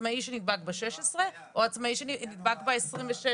עצמאי שנדבק ב-16 לעצמאי שנדבק ב-26?